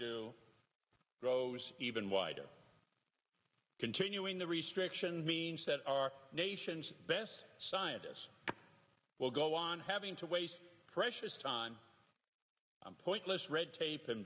do grows even wider continuing the restriction means that our nation's best scientists will go on having to waste precious time pointless red tape and